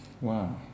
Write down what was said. Wow